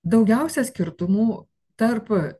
daugiausia skirtumų tarp